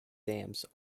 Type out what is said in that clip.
dams